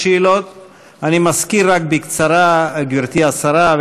אני מזכיר רק בקצרה לגברתי השרה,